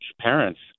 parents